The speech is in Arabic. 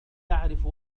يعرف